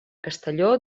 castelló